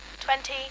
twenty